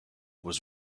was